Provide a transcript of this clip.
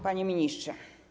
Panie Ministrze!